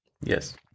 Yes